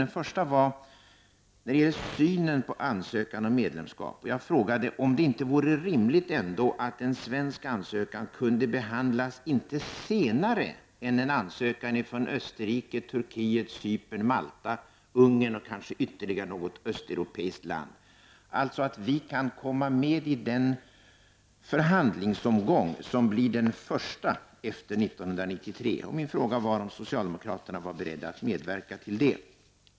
Den första gällde synen på en ansökan om medlemskap, och jag frågade om det ändå inte var rimligt att en svensk ansökan kunde behandlas inte senare än ansökan från Österrike, Turkiet, Cypern, Malta, Ungern och kanske ytterligare något östeuropeiskt land. Jag vill alltså att vi skall komma med i den förhandlingsomgång som blir den första efter 1993. I min fråga ingick om socialdemokraterna var beredda att medverka till det.